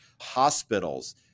hospitals